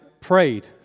prayed